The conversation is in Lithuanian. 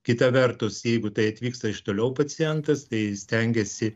kita vertus jeigu tai atvyksta iš toliau pacientas tai stengiasi